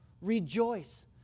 Rejoice